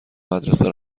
مدرسه